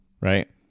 Right